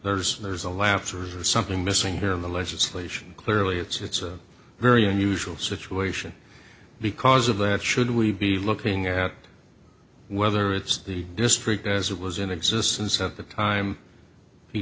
there's there's a laughter or something missing here in the legislation clearly it's a very unusual situation because of that should we be looking at whether it's the district as it was in existence at the time the